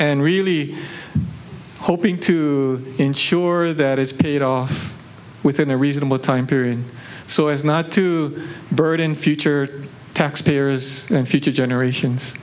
and really hoping to ensure that it's paid off within a reasonable time period so as not to burden future taxpayers and future generations